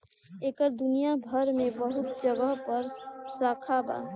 एकर दुनिया भर मे बहुत जगह पर शाखा बा